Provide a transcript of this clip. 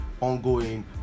ongoing